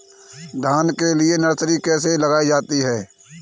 धान के लिए नर्सरी कैसे लगाई जाती है?